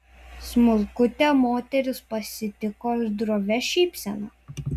smulkutė moteris pasitiko drovia šypsena